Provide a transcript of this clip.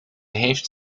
heeft